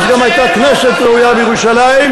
אז גם הייתה כנסת ראויה בירושלים,